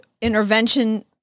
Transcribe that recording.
intervention